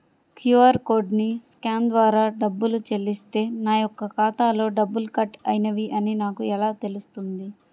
QR కోడ్ని scan ద్వారా డబ్బులు చెల్లిస్తే నా యొక్క ఖాతాలో డబ్బులు కట్ అయినవి అని నాకు ఎలా తెలుస్తుంది?